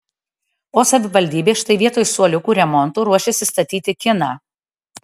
o savivaldybė štai vietoj suoliukų remonto ruošiasi statyti kiną